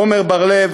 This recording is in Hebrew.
עמר בר-לב,